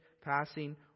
passing